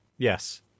Yes